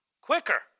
Quicker